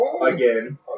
Again